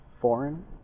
Foreign